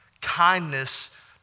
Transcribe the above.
Kindness